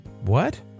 what